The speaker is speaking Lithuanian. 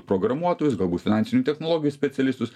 programuotojus galbūt finansinių technologijų specialistus